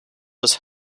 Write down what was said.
was